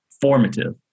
formative